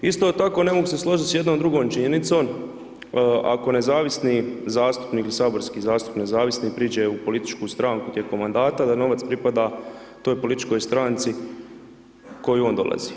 Isto tako ne mogu se složiti s jednom drugom činjenicom, ako nezavisni zastupnik, saborski zastupnik nezavisni priđe u političku stranku tijekom mandata, da novac pripada toj političkoj stranci u koju on odlazi.